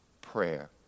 prayer